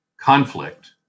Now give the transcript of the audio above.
conflict